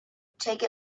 take